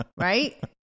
right